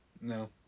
No